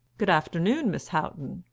good afternoon, miss houghton,